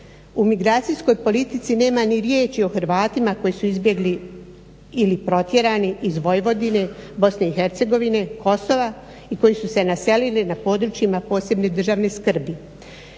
U migracijskoj politici nema ni riječi o Hrvatima koji su izbjegli ili protjerani iz Vojvodine, BiH, Kosova i koji su se naselili na područjima posebne državne skrbi.